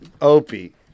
Opie